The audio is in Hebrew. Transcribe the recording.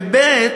וב.